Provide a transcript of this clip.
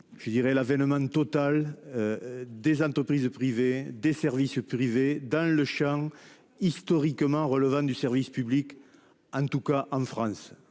Je dirais l'avènement total. Des entreprises privées des services privés dans le champ historiquement relevant du service public. En tout cas en France.